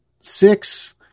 six